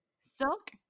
Silk